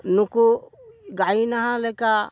ᱱᱩᱠᱩ ᱜᱟᱭᱱᱟᱦᱟ ᱞᱮᱠᱟ